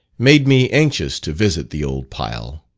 made me anxious to visit the old pile.